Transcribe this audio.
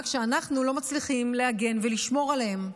כשאנחנו לא מצליחים להגן ולשמור עליהם?